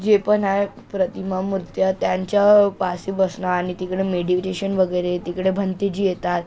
जे पण आहे प्रतिमा मुर्त्या त्यांच्यापाशी बसणं आणि तिकडं मेडिटेशन वगैरे तिकडे भंतेजी येतात